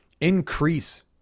Increase